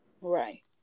Right